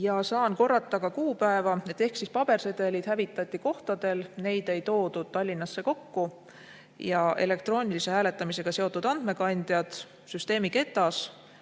Saan korrata ka kuupäeva. Pabersedelid hävitati kohtadel. Neid ei toodud Tallinnasse kokku. Elektroonilise hääletamisega seotud andmekandjad – süsteemiketas,